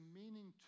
meaning